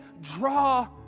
draw